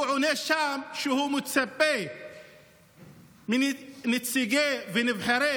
הוא עונה שם שהוא מצפה מנציגי ונבחרי